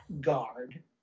guard